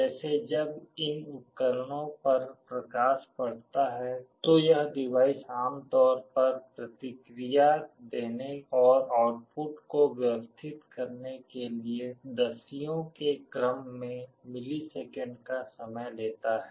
जैसे जब इन उपकरणों पर प्रकाश पड़ता है तो यह डिवाइस आमतौर पर प्रतिक्रिया देने और आउटपुट को व्यवस्थित करने के लिए दसियों के क्रम के मिलीसेकंड का समय लेता है